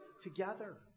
together